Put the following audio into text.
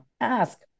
ask